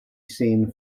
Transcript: scene